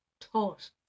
taught